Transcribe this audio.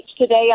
today